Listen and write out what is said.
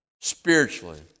spiritually